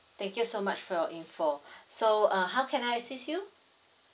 thank you so much for your info so uh how can I assist you